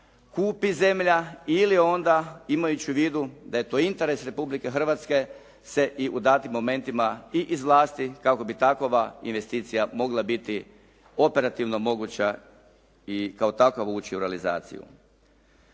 kupi zemlja ili onda imajući u vidu da je to interes Republike Hrvatske se i u datim momentima i izvlasti kako bi takova investicija mogla biti operativno moguća i kao takova ući u realizaciju.